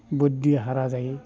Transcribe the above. बुद्दिहारा जायो